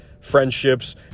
friendships